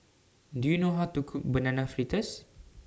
Do YOU know How to Cook Banana Fritters